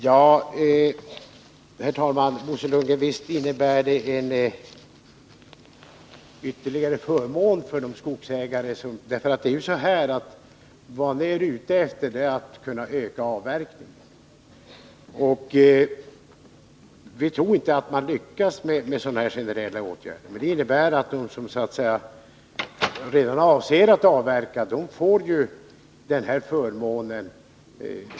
Herr talman! Visst innebär detta, Bo Lundgren, ytterligare förmåner för vissa skogsägare. Vad man är ute efter är ju att kunna öka avverkningen, och vi tror inte att det lyckas med sådana här generella åtgärder. De som så att säga redan avser att avverka får en förmån.